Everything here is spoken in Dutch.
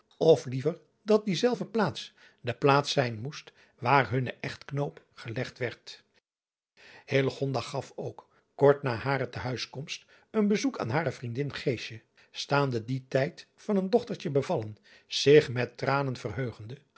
of liever dat die zelfde plaats de plaats zijn moest waar hunne chtknoop gelegd werd gaf ook kort na hare tehuiskomst een bezoek aan hare vriendin staande dien tijd van een dochtertje bevallen zich met tranen verheugende